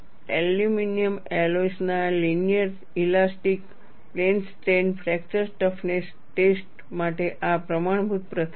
aluminium alloys ના linear elastic plane strain fracture toughness test માટે આ પ્રમાણભૂત પ્રથા છે